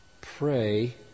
pray